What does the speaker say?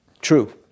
True